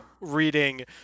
reading